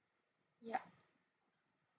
yup